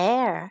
Air